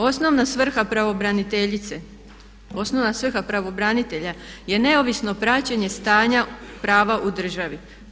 Osnovna svrha pravobraniteljice, osnovna svrha pravobranitelja je neovisno praćenje stanja prava u državi.